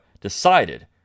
decided